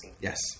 Yes